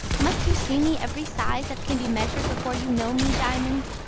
must you see me every size that can be measured before you know me, diamond?